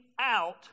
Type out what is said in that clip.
out